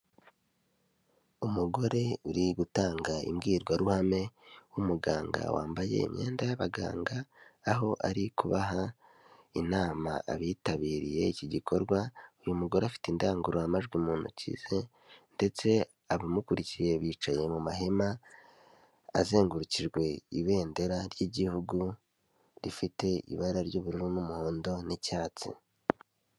Umugore uri gutanga imbwirwaruhame, n'umuganga wambaye imyenda y'abaganga, aho ari kubaha inama abitabiriye iki gikorwa, uyu mugore afite indangururamajwi mu ntoki ze, ndetse abamukurikiye bicaye mu mahema, azengurukijwe ibendera ry'Igihugu, rifite ibara ry'ubururu, n'umuhondo, n'icyatsi.